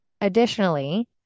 Additionally